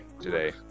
today